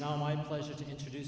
not mine pleasure to introduce